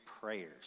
prayers